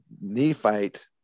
Nephite